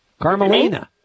Carmelina